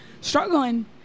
struggling